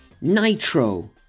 Nitro